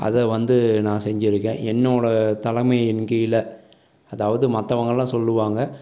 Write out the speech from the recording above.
அதை வந்து நான் செஞ்சுருக்கேன் என்னோடய தலைமையின் கீழே அதாவது மற்றவங்களாம் சொல்லுவாங்க